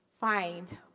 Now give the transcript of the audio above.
find